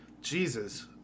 Jesus